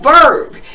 verb